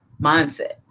mindset